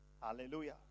hallelujah